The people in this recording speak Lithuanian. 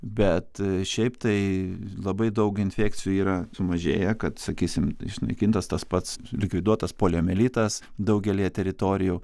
bet šiaip tai labai daug infekcijų yra sumažėję kad sakysim išnaikintas tas pats likviduotas poliomielitas daugelyje teritorijų